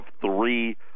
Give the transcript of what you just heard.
three